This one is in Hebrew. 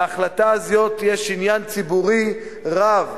בהחלטה זו יש עניין ציבורי רב,